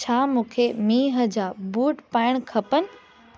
छा मूंखे मींहं जा बूट पाइण खपनि